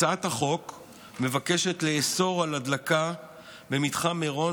הצעת החוק מבקשת לאסור הדלקה במתחם מירון